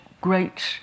great